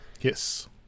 yes